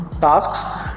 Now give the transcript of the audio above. tasks